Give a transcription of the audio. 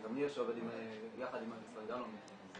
גם ניר שעובד יחד עם המשרד לא מכיר, אז